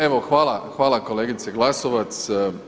Evo hvala kolegici Glasovac.